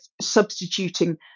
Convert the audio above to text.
substituting